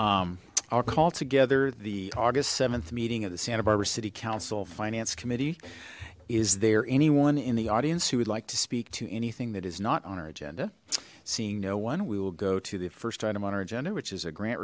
i'll call together the august seventh meeting of the santa barbara city council finance committee is there anyone in the audience who would like to speak to anything that is not on our agenda seeing no one we will go to the first item on our agenda which is a grant